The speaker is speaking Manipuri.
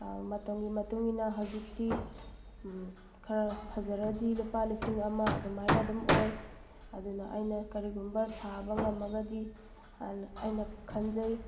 ꯃꯇꯝꯒꯤ ꯃꯇꯨꯡ ꯏꯟꯅ ꯍꯧꯖꯤꯛꯇꯤ ꯈꯔ ꯐꯖꯔꯗꯤ ꯂꯨꯄꯥ ꯂꯤꯁꯤꯡ ꯑꯃ ꯑꯗꯨꯃꯥꯏꯅ ꯑꯗꯨꯝ ꯑꯣꯏ ꯑꯗꯨꯅ ꯑꯩꯅ ꯀꯔꯤꯒꯨꯝꯕ ꯁꯥꯕ ꯉꯝꯃꯒꯗꯤ ꯑꯩꯅ ꯈꯟꯖꯩ